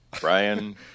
Brian